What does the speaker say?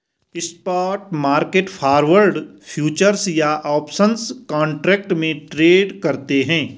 spot market forward, futures या options contract में trade करते हैं